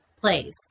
place